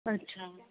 अच्छा